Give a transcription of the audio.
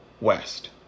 West